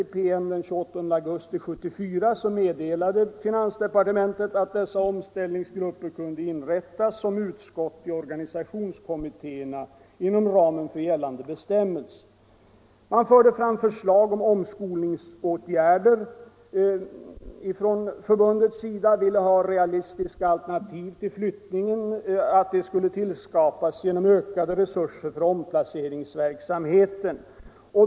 I en PM den 28 augusti 1974 meddelade finansdepartementet att dessa omställningsgrupper inom ramen för gällande bestämmelser kunde inrättas som utskott i organisationskommittéerna. Förbundet förde också fram förslag på omskolningsåtgärder. Man ville ha realistiska alternativ till utflyttningen, och man krävde därför ökade resurser för omplaceringsverksamheten.